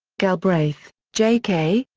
galbraith, j. k,